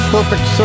Perfect